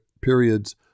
periods